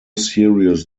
serious